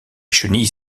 chenilles